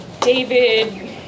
David